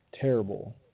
Terrible